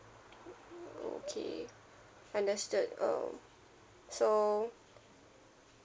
okay understood um so